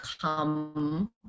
come